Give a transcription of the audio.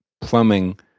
plumbing